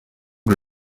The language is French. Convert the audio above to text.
que